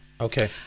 okay